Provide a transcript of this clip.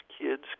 kids